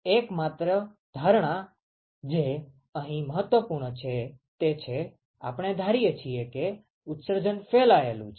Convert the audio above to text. એકમાત્ર ધારણા જે અહીં મહત્વપૂર્ણ છે તે છે આપણે ધારીએ છીએ કે ઉત્સર્જન ફેલાયેલું છે